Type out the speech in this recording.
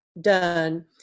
done